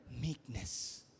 Meekness